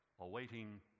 awaiting